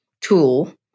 tool